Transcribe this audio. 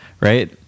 right